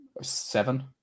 seven